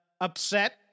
upset